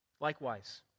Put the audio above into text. Likewise